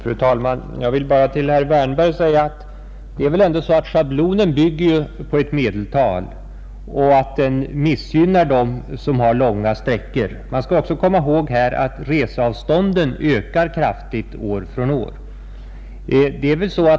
Fru talman! Jag vill bara till herr Wärnberg säga att schablonen bygger på ett medeltal och att den missgynnar dem som har långa sträckor att resa, Vi bör också komma ihåg att reseavstånden ökar kraftigt år från år.